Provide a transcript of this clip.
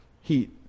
heat